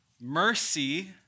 Mercy